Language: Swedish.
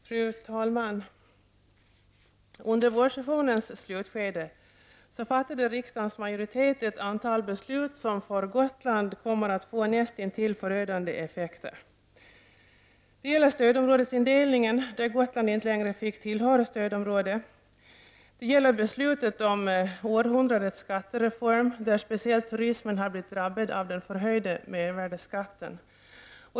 Fru talman! Under vårsessionens slutskede fattade riksdagens majoritet ett antal beslut som för Gotland kommer att få näst intill förödande effekter. Det gäller stödområdesindelningen, där Gotland inte längre fick tillhöra stödområde. Det gäller beslutet om århundradets skattereform, där speciellt turismen har blivit drabbad av den förhöjda mervärdeskatten.